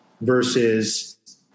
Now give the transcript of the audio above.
versus